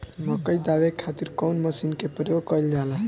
मकई दावे खातीर कउन मसीन के प्रयोग कईल जाला?